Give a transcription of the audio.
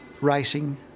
racing